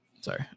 Sorry